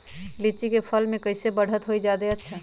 लिचि क फल म कईसे बढ़त होई जादे अच्छा?